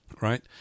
right